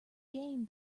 gain